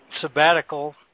sabbatical